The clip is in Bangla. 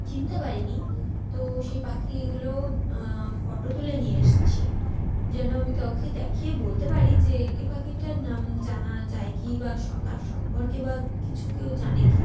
চিনতে পারিনি তো সেই পাখিগুলো ফটো তুলে নিয়ে এসেছি যেন আমি কাউকে দেখিয়ে বলতে পারি যে এই পাখিটার নাম জানা যায় কি বা তার সম্পর্কে বা কিছু কেউ জানে কি